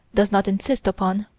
does not insist upon,